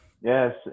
Yes